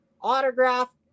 autograph